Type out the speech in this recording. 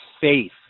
faith